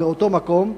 באותו מקום,